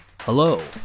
Hello